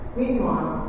meanwhile